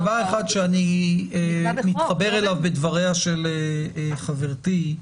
דבר אחד שאני מתחבר אליו בדבריה של חברתי הוא